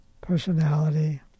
personality